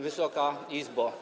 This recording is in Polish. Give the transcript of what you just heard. Wysoka Izbo!